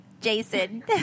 Jason